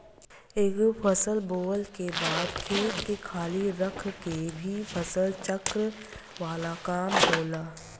एगो फसल बोअला के बाद खेत के खाली रख के भी फसल चक्र वाला काम होला